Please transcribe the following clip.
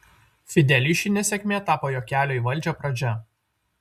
fideliui ši nesėkmė tapo jo kelio į valdžią pradžia